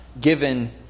given